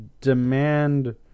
demand